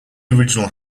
original